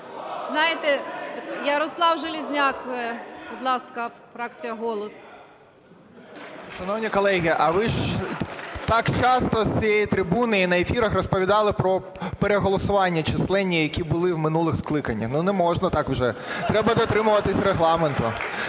залі) Ярослав Железняк, будь ласка, фракція "Голос". 13:56:36 ЖЕЛЕЗНЯК Я.І. Шановні колеги, а ви ж так часто з цієї трибуни і на ефірах розповідали про переголосування численні, які були в минулих скликаннях. Не можна так вже, треба дотримуватися Регламенту.